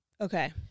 Okay